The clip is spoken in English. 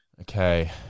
Okay